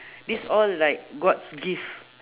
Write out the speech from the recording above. this all like god's gift